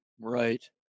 Right